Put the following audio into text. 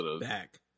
back